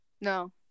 No